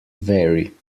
vary